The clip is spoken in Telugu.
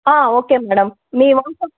ఓకే మేడం మీ వాట్సప్